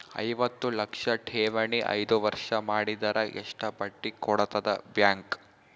ಐವತ್ತು ಲಕ್ಷ ಠೇವಣಿ ಐದು ವರ್ಷ ಮಾಡಿದರ ಎಷ್ಟ ಬಡ್ಡಿ ಕೊಡತದ ಬ್ಯಾಂಕ್?